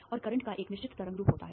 और करंट का एक निश्चित तरंग रूप होता है